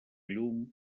llum